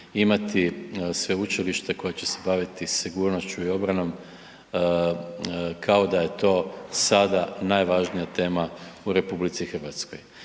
imati sveučilište koje će se baviti sigurnošću i obranom kao da je to sada najvažnija tema u RH. Tako